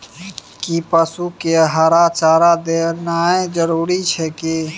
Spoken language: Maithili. कि पसु के हरा चारा देनाय जरूरी अछि की?